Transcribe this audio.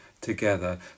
together